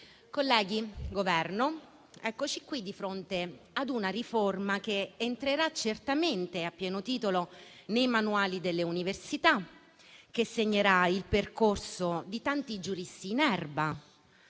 colleghi, Governo, eccoci qui di fronte ad una riforma che entrerà certamente a pieno titolo nei manuali delle università, che segnerà il percorso di tanti giuristi in erba